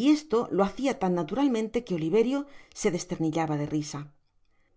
y esto lo hacia im naturalmente que oliverio se desternillaba de risa